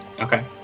Okay